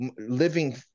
living